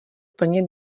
plně